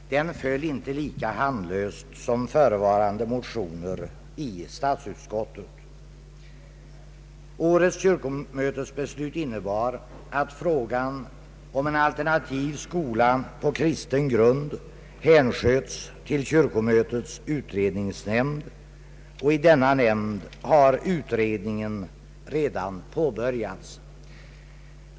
Den föll inte lika handlöst som förevarande motioner i statsutskottet. Årets kyrkomötesbeslut innebar att frågan om en alternativ skola på kristen grund hänsköts till kyrkomötets utredningsnämnd, och i denna nämnd har utredningen redan påbörjats.